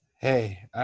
Hey